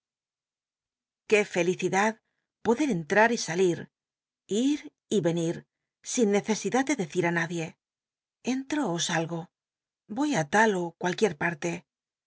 qué felicidad pode cntta y salit it vrnit sin necesidad de dcrit ti nadie entro ó salg j oy á tal ó cual parte